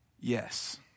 yes